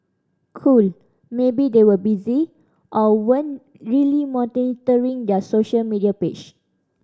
cool maybe they were busy or weren't really monitoring their social media page